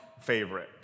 favorite